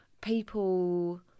people